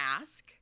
ask